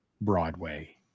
Broadway